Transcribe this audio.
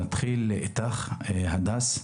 נתחיל עם הדס תגרי,